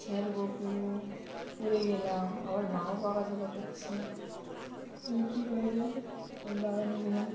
sir বকলো পড়ে গেলাম আবার মাও বকাঝকা করছে তাহলে কী করা যায় আমি বাগানে গেলাম